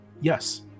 yes